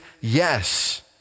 Yes